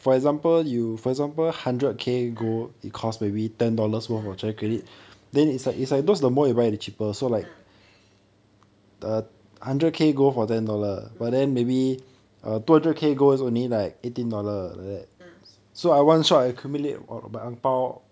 ah ah ah ah mm ah